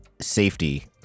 safety